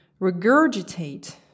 regurgitate